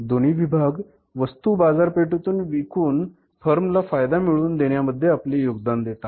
दोन्ही विभाग वस्तू बाजारपेठेमध्ये विकून फर्म ला फायदा मिळवून देण्या मध्ये आपले योगदान देतात